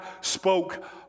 spoke